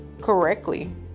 correctly